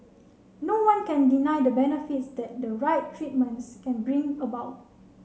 no one can deny the benefits that the right treatments can bring about